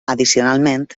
addicionalment